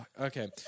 Okay